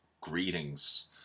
greetings